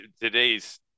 today's